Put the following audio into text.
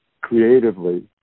creatively